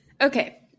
Okay